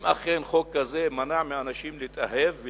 אם אכן חוק כזה מנע מאנשים להתאהב ולהתחתן?